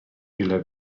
ile